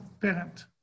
parent